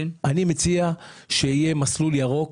אני מציע שיהיה מסלול ירוק